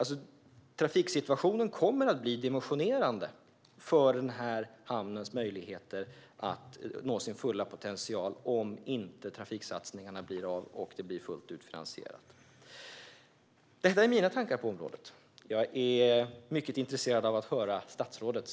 Trafiksituationen kommer att bli dimensionerande för den här hamnens möjligheter att nå sin fulla potential, om inte trafiksatsningarna blir av med full finansiering. Detta är mina tankar på området. Jag är mycket intresserad av att höra statsrådets.